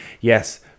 yes